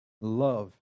love